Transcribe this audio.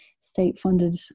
state-funded